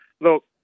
Look